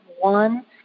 one